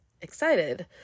excited